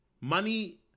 Money